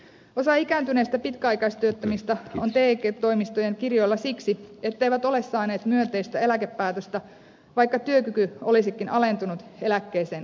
osa ikääntyneistä pitkäaikaistyöttömistä on te toimistojen kirjoilla siksi etteivät ole saaneet myönteistä eläkepäätöstä vaikka työkyky olisikin alentunut eläkkeeseen oikeuttavasti